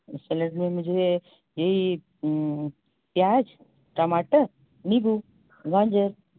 इस सलाद में मुझे यह प्याज़ टमाटर निम्बू गाजर